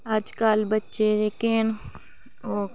अजकल बच्चे जेहके हैन ओह्